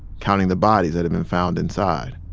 counting the bodies that had been found inside.